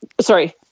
sorry